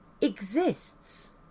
exists